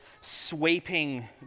sweeping